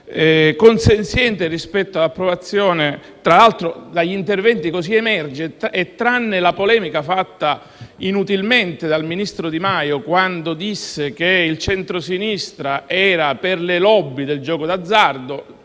consenziente nell'approvazione. Tra l'altro dagli interventi è emerso proprio questo, tranne la polemica fatta inutilmente dal ministro Di Maio quando disse che il centrosinistra era per le *lobby* del gioco d'azzardo.